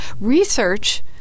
research